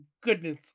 goodness